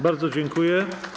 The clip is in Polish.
Bardzo dziękuję.